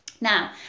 Now